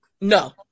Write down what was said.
No